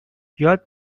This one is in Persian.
یاد